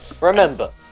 remember